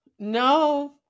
no